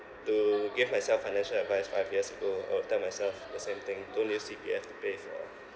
to give myself financial advice five years ago I would tell myself the same thing don't use C_P_F to pay for